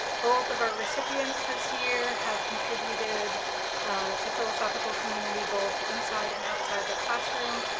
both of our recipients this year have contributed to philosophical community both inside and outside the classroom.